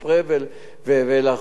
בתוך דקות,